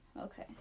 okay